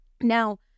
Now